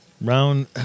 Round